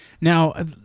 Now